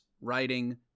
writing